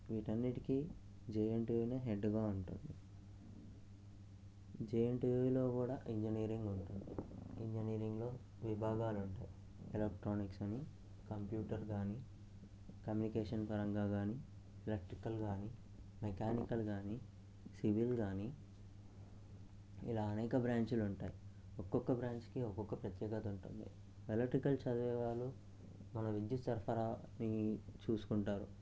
వీటన్నింటికి జెఎన్టీయునే హెడ్గా ఉంటుంది జెఎన్టీయులో కూడా ఇంజనీరింగ్ ఉంటుంది ఇంజనీరింగ్లో విభాగాలు ఉంటాయి ఎలక్ట్రానిక్స్ కానీ కంప్యూటర్ కానీ కమ్యూనికేషన్ పరంగా కానీ ఎలక్ట్రికల్ కానీ మెకానికల్ కానీ సివిల్ కానీ ఇలా అనేక బ్రాంచీలు ఉంటాయి ఒక్కొక్క బ్రాంచ్కి ఒక్కొక్క ప్రత్యేకత ఉంటుంది ఎలక్ట్రికల్ చదివే వాళ్ళు మన విద్యుసరఫరాని చూసుకుంటారు